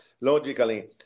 Logically